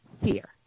fear